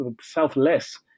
selfless